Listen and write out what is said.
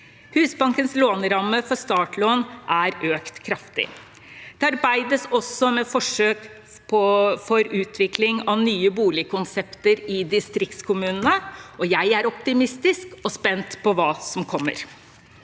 Husbankens låneramme for startlån er økt kraftig. Det arbeides også med forsøk for utvikling av nye boligkonsepter i distriktskommunene. Jeg er optimistisk og spent på hva som kommer.